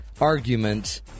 argument